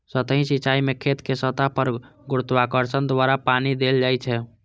सतही सिंचाइ मे खेतक सतह पर गुरुत्वाकर्षण द्वारा पानि देल जाइ छै